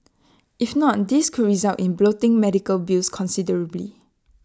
if not this could result in bloating medical bills considerably